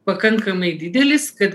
pakankamai didelis kad